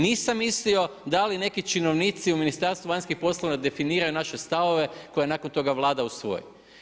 Nisam mislio da li neki činovnici u Ministarstvu vanjskih poslova definiraju naše stavove koje nakon toga Vlada usvoji.